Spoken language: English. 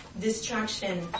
distraction